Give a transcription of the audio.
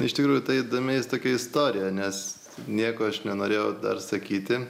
iš tikrųjų tai įdomi tokia istorija nes nieko aš nenorėjau dar sakyti